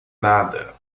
nada